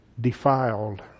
defiled